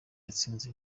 yatsinze